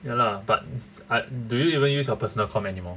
ya lah but I do you even use your personal com anymore